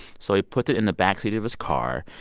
so he puts it in the backseat of his car,